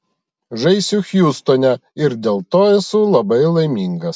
žaisiu hjustone ir dėl to esu labai laimingas